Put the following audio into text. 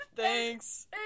Thanks